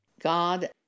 God